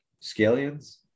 scallions